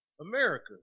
America